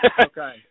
okay